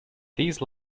these